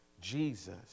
Jesus